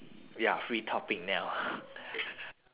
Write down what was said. ya free topic now